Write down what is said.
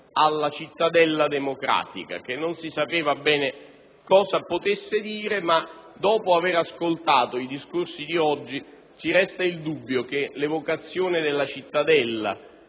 alla «cittadella democratica», che non si sapeva bene cosa volesse dire, ma dopo aver ascoltato i discorsi di oggi ci resta il dubbio che la sua evocazione, che